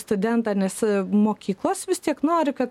studentą nes mokyklos vis tiek nori kad